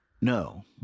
No